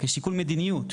כשיקול מדיניות.